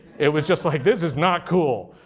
it was just like, this is not cool.